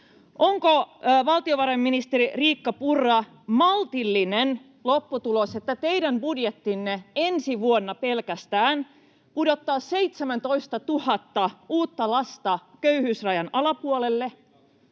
Onko, valtiovarainministeri Riikka Purra, maltillinen lopputulos, että teidän budjettinne pelkästään ensi vuonna pudottaa 17 000 uutta lasta köyhyysrajan alapuolelle?